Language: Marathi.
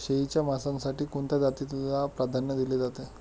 शेळीच्या मांसासाठी कोणत्या जातीला प्राधान्य दिले जाते?